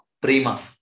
prima